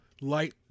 light